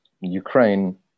Ukraine